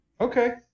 Okay